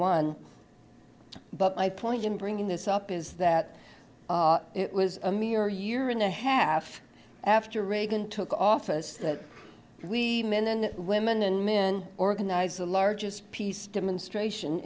one but my point in bringing this up is that it was a mere year and a half after reagan took office that we men women and men organized the largest peace demonstration